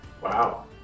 Wow